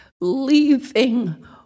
leaving